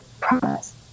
promise